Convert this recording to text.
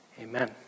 Amen